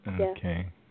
okay